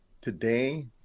Today